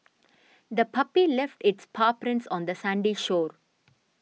the puppy left its paw prints on the sandy shore